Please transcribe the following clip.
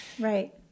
Right